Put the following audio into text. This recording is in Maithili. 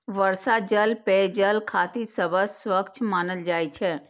वर्षा जल पेयजल खातिर सबसं स्वच्छ मानल जाइ छै